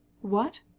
What